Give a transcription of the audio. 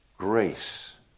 Grace